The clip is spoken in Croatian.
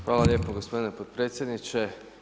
Hvala lijepo gospodine podpredsjedniče.